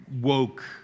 woke